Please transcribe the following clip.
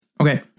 Okay